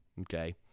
okay